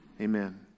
Amen